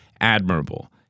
admirable